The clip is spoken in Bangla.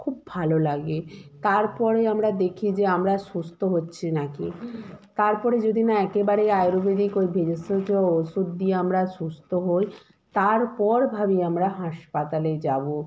খুব ভালো লাগে তারপরে আমরা দেখি যে আমরা সুস্থ হচ্ছি নাকি তারপরে যদি না একেবারেই আয়ুর্বেদিক ও ভেষজ ওষুধ দিয়ে আমরা সুস্থ হই তারপর ভাবি আমরা হাসপাতালে যাবো